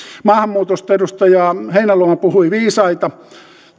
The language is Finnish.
maahanmuutosta edustaja heinäluoma puhui viisaita